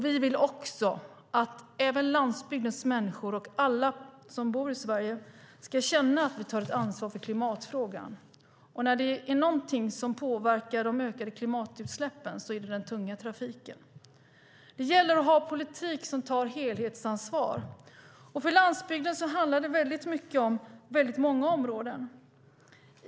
Vi vill att även landsbygdens människor och alla som bor i Sverige ska känna att vi tar ett ansvar för klimatfrågan. Om det är någonting som påverkar de ökade klimatutsläppen så är det den tunga trafiken. Det gäller att ha politik som tar helhetsansvar. För landsbygden handlar det om väldigt många områden.